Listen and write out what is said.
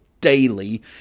daily